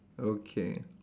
okay